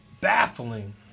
baffling